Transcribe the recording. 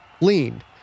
leaned